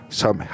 som